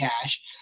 cash